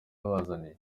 yabazaniye